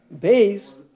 base